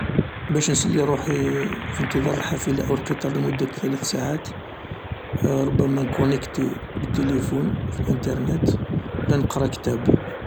باش نسلي روحي في انتضار الحافلة او القطار لمدة ثلاث ساعات ربما نكونيكتي بتيليفون في الانترنت و لا نقرا كتاب.